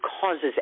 causes